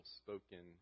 spoken